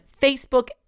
Facebook